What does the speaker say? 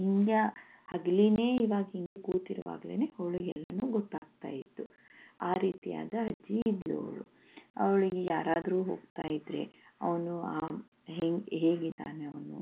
ಹಿಂಗ್ಯಾ ಹಗಲಿನೇ ಈವಾಗ ಹೀಗೇ ಕೂತಿರುವಾಗ್ಲೇ ಅವಳಿಗೆಲ್ಲ ಗೊತ್ತಾಗ್ತಾಯಿತ್ತು ಆ ರೀತಿಯಾದ ಅಜ್ಜಿ ಇದ್ಲು ಅವಳು ಅವಳಿಗೆ ಯಾರಾದರೂ ಹೋಗ್ತಾಯಿದ್ರೆ ಅವನು ಹೇಗೆ ಹೇಗಿದ್ದಾನವನು